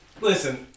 Listen